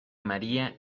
maría